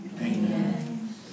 Amen